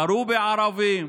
ירו בערבים,